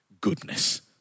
goodness